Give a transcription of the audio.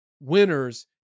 winners